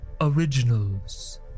Originals